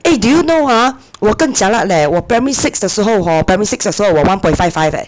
eh do you know ah 我更 jialat leh 我 primary six 的时候 hor primary six 的时候我 one point five five eh